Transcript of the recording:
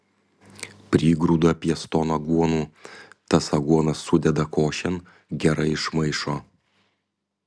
prigrūda pieston aguonų tas aguonas sudeda košėn gerai išmaišo